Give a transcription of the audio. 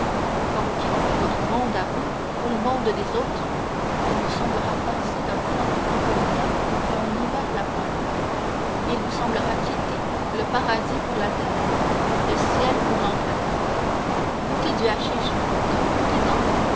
quand vous quitterez votre monde à vous pour le monde des autres il vous semblera passer d'un printemps napolitain à un hiver lapon il vous semblera quitter le paradis pour la terre le ciel pour l'enfer goûtez du hachisch mon